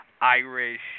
Irish –